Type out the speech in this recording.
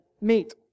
meet